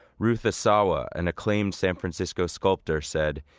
ruth asawa, an acclaimed san francisco sculptor said,